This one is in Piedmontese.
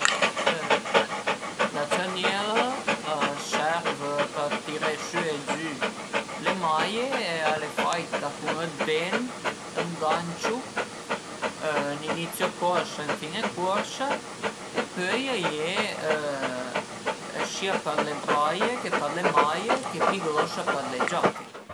La cerniera a serv per tiré sü e giü le maie e al e faita cun dë dent, ën ganciu, ün inizio corsa e ün fine corsa e pöi a ie sia për le braie chë për le maie che pi grosa për le giache